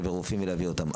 ורופאים ולהביא אותם.